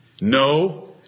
No